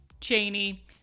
Cheney